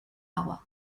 agua